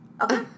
Okay